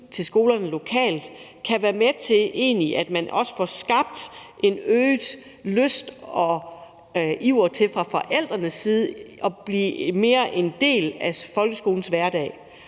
til skolerne lokalt, kan være med til, at man får skabt en øget lyst til og iver fra forældrenes side til mere at blive en del af folkeskolens hverdag.